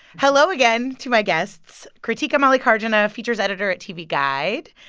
hello again to my guests krutika mallikarjuna, features editor at tv guide,